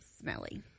smelly